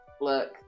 look